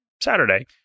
Saturday